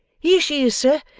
here she is, sir.